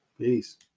Peace